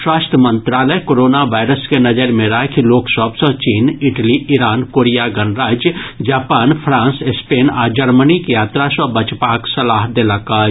स्वास्थ्य मंत्रालय corona virus के नजरि मे राखि लोक सभ सॅ चीन इटली ईरान कोरिया गणराज्य जापान फ्रांस स्पेन आ जर्मनीक यात्रा सॅ बचबाक सलाह देलक अछि